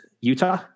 Utah